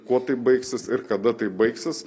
kuo tai baigsis ir kada tai baigsis